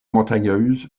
montagneuse